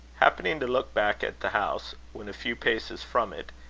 happening to look back at the house, when a few paces from it,